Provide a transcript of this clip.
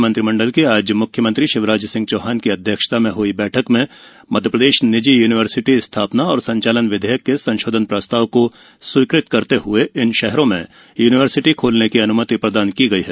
राज्य मंत्रिमंडल की आज म्ख्यमंत्री शिवराज सिंह चौहान की अध्यक्षता में हई बैठक में मध्यप्रदेश निजी य्निवर्सिटी स्थापना और संचालन विधेयक के संशोधन प्रस्ताव को स्वीकृत करते हुए इन शहरों में यूनिवर्सिटी खोलने की अन्मति प्रदान की गई है